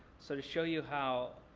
so to show you how,